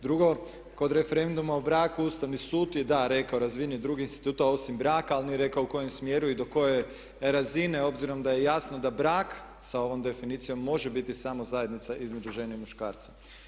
Drugo, kod referenduma o braku Ustavni sud je da rekao razvijanje drugog instituta osim braka ali nije rekao u kojem smjeru i do koje razine obzirom da je jasno da brak sa ovom definicijom može biti samo zajednica između žene i muškarca.